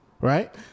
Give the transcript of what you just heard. Right